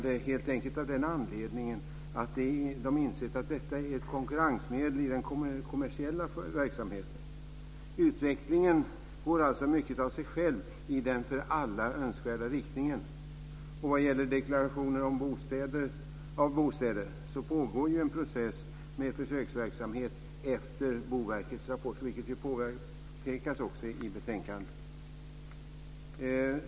Det har de helt enkelt gjort av den anledningen att de har insett att det är ett konkurrensmedel i den kommersiella verksamheten. Utvecklingen går alltså i mångt och mycket av sig självt i den för alla önskvärda riktningen. Vad gäller deklarationer av bostäder pågår ju en process med försöksverksamhet efter Boverkets rapport, något som också påpekas i betänkandet.